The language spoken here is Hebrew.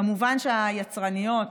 כמובן שגם היצרניות